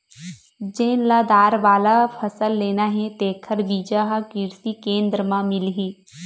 जेन ल दार वाला फसल लेना हे तेखर बीजा ह किरसी केंद्र म मिलही